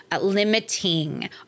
limiting